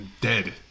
dead